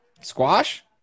Squash